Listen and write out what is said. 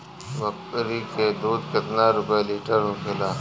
बकड़ी के दूध केतना रुपया लीटर होखेला?